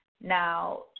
Now